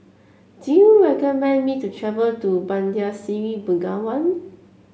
do you recommend me to travel to Bandar Seri Begawan